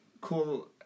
cool